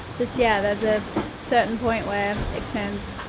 just, yeah, there's a certain point where it turns